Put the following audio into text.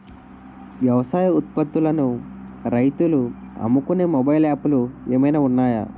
వ్యవసాయ ఉత్పత్తులను రైతులు అమ్ముకునే మొబైల్ యాప్ లు ఏమైనా ఉన్నాయా?